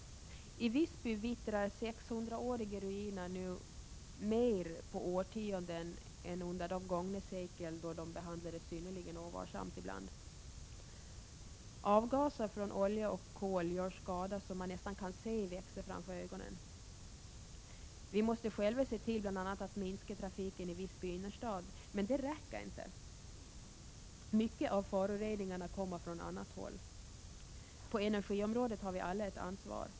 I Visby vittrar 600-åriga ruiner nu mer på några årtionden än under de gångna sekel då de behandlades synnerligen ovarsamt ibland. Avgaser från olja och kol gör skador som man nästan kan se växa framför ögonen. Vi måste själva se till att bl.a. minska trafiken i Visby innerstad, men det räcker inte. Mycket av föroreningarna kommer från annat håll. På energiområdet har vi alla ett ansvar.